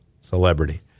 celebrity